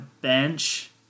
bench